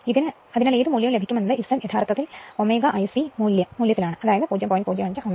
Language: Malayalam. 1 അതിനാൽ ഏത് മൂല്യവും ലഭിക്കുമെന്നത് Z യഥാർത്ഥത്തിൽ Ωic മൂല്യത്തിലാണ് അതായത് 0